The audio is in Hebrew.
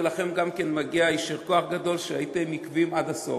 ולכם גם כן מגיע יישר כוח גדול שהייתם עקביים עד הסוף.